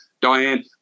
Diane